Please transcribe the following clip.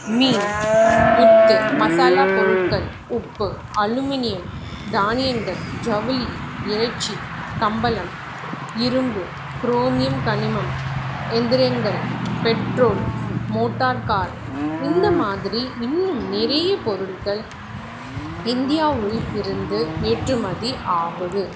மீன் முத்து மசாலாப்பொருட்கள் உப்பு அலுமினியம் தானியங்கள் ஜவுளி இறைச்சி கம்பளம் இரும்பு குரோமியம் கனிமம் எந்திரங்கள் பெட்ரோல் மோட்டார் கார் இந்த மாதிரி இன்னும் நிறைய பொருட்கள் இந்தியாவில் இருந்து ஏற்றுமதி ஆகுது